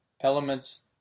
elements